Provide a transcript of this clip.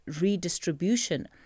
redistribution